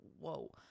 whoa